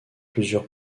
plusieurs